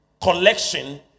collection